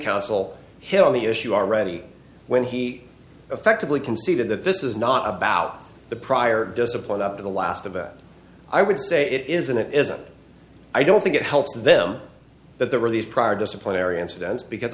counsel here on the issue already when he effectively conceded that this is not about the prior discipline up to the last event i would say it isn't it isn't i don't think it helps them that there were these prior disciplinary incidents because